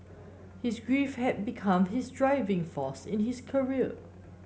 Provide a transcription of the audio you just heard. his grief had become his driving force in his career